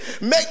make